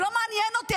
זה לא מעניין אותי.